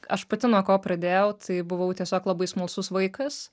aš pati nuo ko pradėjau tai buvau tiesiog labai smalsus vaikas